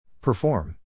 Perform